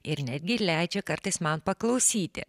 ir netgi leidžia kartais man paklausyti